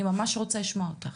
אני ממש רוצה לשמוע אותך.